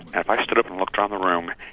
and if i stood up and looked around the room,